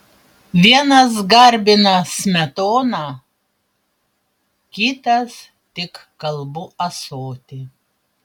vienas garbina smetoną kitas tik kalbų ąsotį